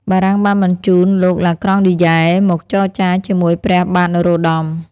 បារាំងបានបញ្ជូនលោក ឡាក្រង់ឌីយែ មកចរចាជាមួយព្រះបាទនរោត្តម ។